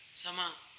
ਸਮਾਂ